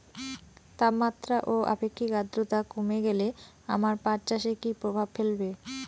তাপমাত্রা ও আপেক্ষিক আদ্রর্তা কমে গেলে আমার পাট চাষে কী প্রভাব ফেলবে?